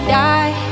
die